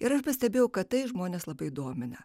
yra pastebėjau kad tai žmonės labai domina